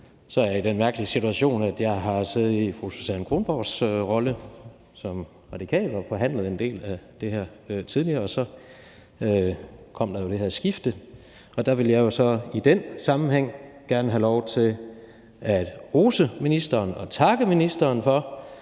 Jeg er så i den mærkelige situation, at jeg har siddet i fru Susan Kronborgs rolle som radikal og forhandlet en del af det her tidligere, og så kom der jo det her skifte, og jeg vil jo så i den sammenhæng gerne have lov til at rose og takke ministeren for,